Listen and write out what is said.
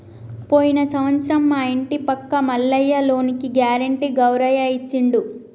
పోయిన సంవత్సరం మా ఇంటి పక్క మల్లయ్య లోనుకి గ్యారెంటీ గౌరయ్య ఇచ్చిండు